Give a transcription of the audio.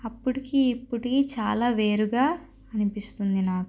అప్పటికి ఇప్పటికి చాలా వేరుగా అనిపిస్తుంది నాకు